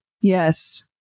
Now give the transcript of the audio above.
Yes